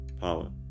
power